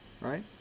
right